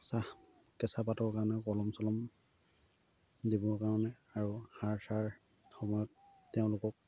চাহ কেঁচাপাতৰ কাৰণে কলম চলম দিবৰ কাৰণে আৰু সাৰ চাৰ সময়ত তেওঁলোকক